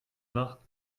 nach